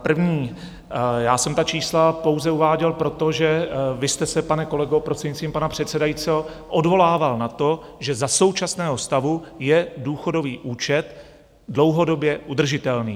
První: já jsem ta čísla pouze uváděl proto, že vy jste se, pane kolego, prostřednictvím pana předsedajícího, odvolával na to, že za současného stavu je důchodový účet dlouhodobě udržitelný.